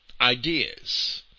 ideas